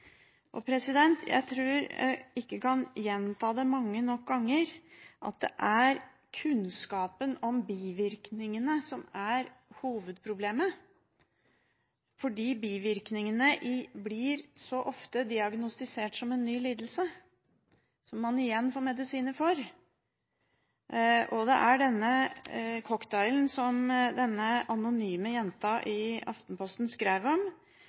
Jeg tror ikke jeg kan gjenta mange nok ganger at det er kunnskapen om bivirkningene som er hovedproblemet, fordi bivirkningene så ofte blir diagnostisert som en ny lidelse, som man igjen får medisiner for. Det er denne cocktailen som den anonyme jenta i Aftenposten skrev om: